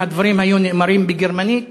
אם הדברים היו נאמרים בגרמנית,